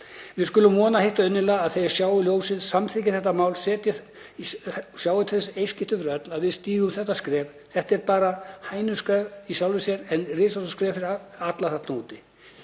Við skulum vona heitt og innilega að þeir sjái ljósið, samþykki þetta mál, sjái til þess í eitt skipti fyrir öll að við stígum þetta skref. Þetta er bara hænuskref í sjálfu sér en risastórt skref fyrir alla þarna úti.